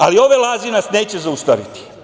Ali, ove laže nas neće zaustaviti.